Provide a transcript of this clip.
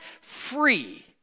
free